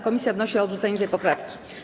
Komisja wnosi o odrzucenie tej poprawki.